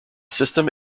system